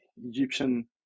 egyptian